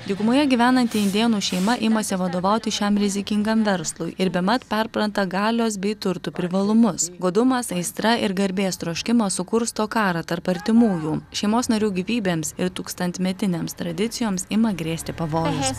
dykumoje gyvenanti indėnų šeima imasi vadovauti šiam rizikingam verslui ir bemat perpranta galios bei turtų privalumus godumas aistra ir garbės troškimas sukursto karą tarp artimųjų šeimos narių gyvybėms ir tūkstantmetinėms tradicijoms ima grėsti pavojus